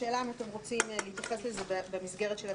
השאלה אם אתם רוצים להתייחס לזה במסגרת הדיון.